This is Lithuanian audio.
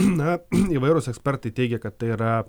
na įvairūs ekspertai teigia kad tai yra